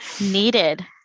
needed